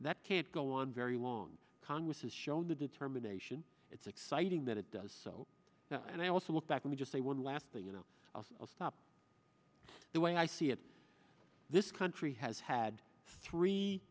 that can't go on very long congress has shown the determination it's exciting that it does so and i also look back and we just say one last thing you know i'll stop the way i see it this country has had three